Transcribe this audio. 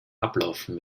ablaufen